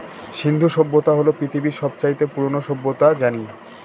সিন্ধু সভ্যতা হল পৃথিবীর সব চাইতে পুরোনো সভ্যতা জানি